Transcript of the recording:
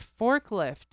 forklift